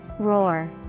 roar